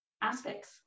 aspects